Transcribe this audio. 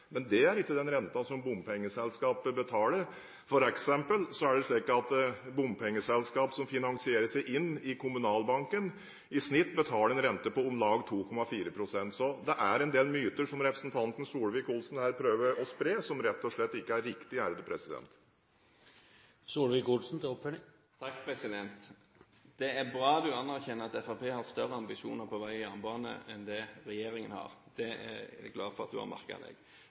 Men det er ikke den renten som bompengeselskapene betaler. For eksempel er det slik at bompengeselskap som finansierer seg inn i Kommunalbanken, i snitt betaler en rente på om lag 2,4 pst. Det er en del myter som representanten Solvik-Olsen her prøver å spre, som rett og slett ikke er riktige. Det er bra statsråden anerkjenner at Fremskrittspartiet har større ambisjoner på vei- og jernbane enn det regjeringen har. Det er jeg glad for at statsråden har